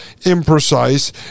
imprecise